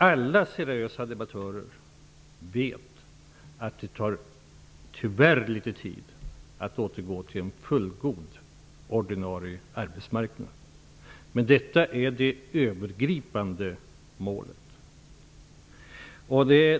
Alla seriösa debattörer vet att det tyvärr tar litet tid att återgå till en fullgod ordinarie arbetsmarknad. Men detta är det övergripande målet.